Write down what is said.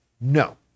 No